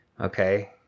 okay